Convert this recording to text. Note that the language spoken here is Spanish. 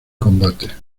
combate